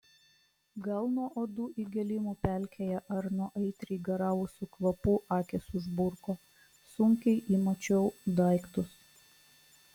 gal nuo uodų įgėlimų pelkėje ar nuo aitriai garavusių kvapų akys užburko sunkiai įmačiau daiktus